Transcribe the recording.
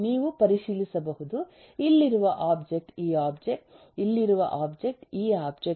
ನೀವು ಪರಿಶೀಲಿಸಬಹುದು ಇಲ್ಲಿರುವ ಒಬ್ಜೆಕ್ಟ್ ಈ ಒಬ್ಜೆಕ್ಟ್ ಇಲ್ಲಿರುವ ಒಬ್ಜೆಕ್ಟ್ ಈ ಒಬ್ಜೆಕ್ಟ್